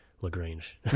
LaGrange